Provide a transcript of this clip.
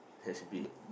that's big